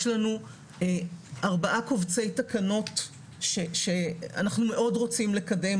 יש לנו ארבעה קובצי תקנות שאנחנו מאוד רוצים לקדם